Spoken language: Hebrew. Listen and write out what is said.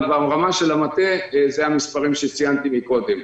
אבל ברמה של המטה אלה המספרים שציינתי קודם.